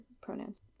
pronouns